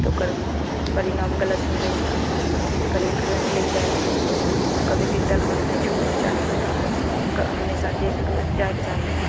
तऽ ओकर परिणाम गलत मिलय छै करेन्ट उरेन्ट लागि जाइ छै कभी तितल हाथ नहि छुवैके चाही हमेशा देखकऽ जाइके चाही